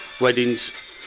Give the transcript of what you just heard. weddings